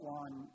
one